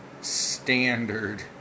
standard